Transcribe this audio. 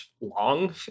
long